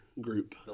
group